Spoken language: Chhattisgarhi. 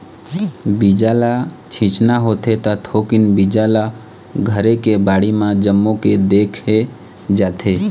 बीजा ल छिचना होथे त थोकिन बीजा ल घरे के बाड़ी म जमो के देखे जाथे